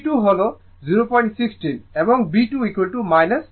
একইভাবে Y 2016 j 012g 2 j b 2 g 2 হল 016 এবং b 2 012